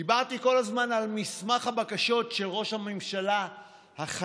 דיברתי כל הזמן על מסמך הבקשות של ראש הממשלה החליפי,